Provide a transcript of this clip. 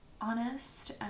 honest